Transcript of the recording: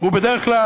ובדרך כלל,